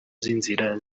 z’inzira